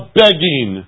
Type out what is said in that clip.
begging